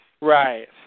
Right